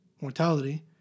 mortality